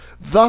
Thus